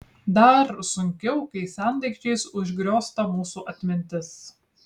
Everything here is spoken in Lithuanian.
dar sunkiau kai sendaikčiais užgriozta mūsų atmintis